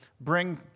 bring